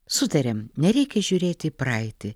sutariam nereikia žiūrėti į praeitį